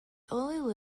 only